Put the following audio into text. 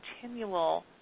continual